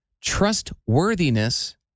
Trustworthiness